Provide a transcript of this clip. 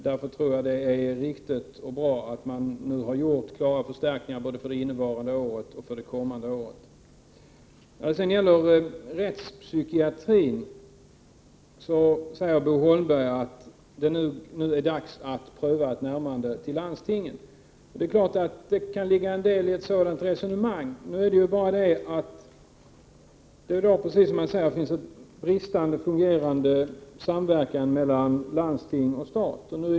Därför tror jag att det är riktigt och bra att man nu har gjort klara förstärkningar både för det innevarande året och för det kommande. När det sedan gäller rättspsykiatrin säger Bo Holmberg att det nu är dags att pröva ett närmande till landstingen. Visst kan det ligga en del i ett sådant resonemang. Nu är det bara så att det, som han själv säger, i dag finns en bristande samverkan mellan landsting och stat.